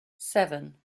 seven